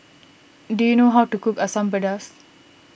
do you know how to cook Asam Pedas